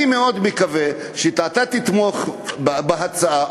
אני מאוד מקווה שאתה תתמוך בהצעה,